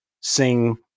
sing